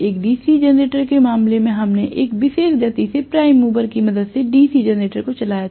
एक DC generator के मामले में हमने एक विशेष गति से प्राइम मूवर की मदद से DC जनरेटर को चलाया था